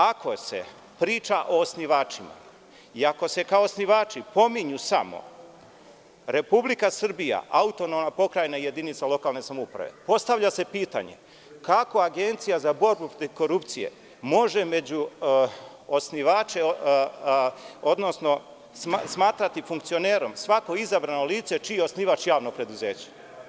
Ako se priča o osnivačima, i ako se kao osnivači pominju samo Republika Srbija, autonomna pokrajina i jedinica lokalne samouprave, postavlja se pitanje - kako Agencija za borbu protiv korupcije može među osnivače, odnosno smatrati funkcionerom svako izabrano lice čiji je osnivač javno preduzeće?